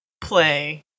play